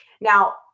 Now